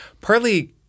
partly